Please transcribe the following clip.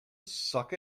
suck